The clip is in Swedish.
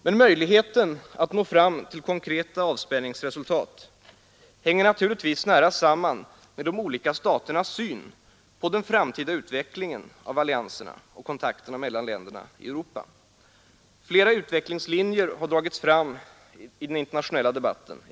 Men möjligheten att nå fram till konkreta avspänningsresultat hänger naturligtvis nära samman med de olika staternas syn på den framtida utvecklingen av allianserna och kontakterna mellan länder i Europa. Flera utvecklingslinjer har dragits fram i den internationella debatten.